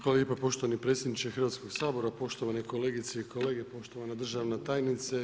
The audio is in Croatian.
Hvala lijepa poštovani predsjedniče Hrvatskog sabora, poštovane kolegice i kolege, poštovana državna tajnice.